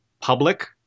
public